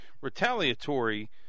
retaliatory